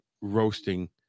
roasting